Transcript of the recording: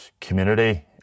community